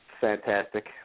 Fantastic